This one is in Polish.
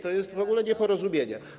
To jest w ogóle nieporozumienie.